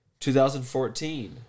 2014